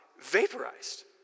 vaporized